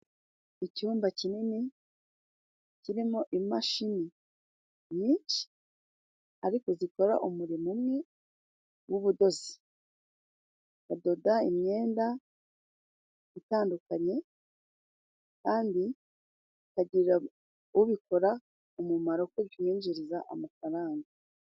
Icyumba kinini kirimo imashini nyinshi ariko zikora umurimo umwe w'ubudozi. Badoda imyenda itandukanye, kandi bikagirira ubikora umumaro kuko bimwinjiriza amafaranga.